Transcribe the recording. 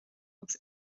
agus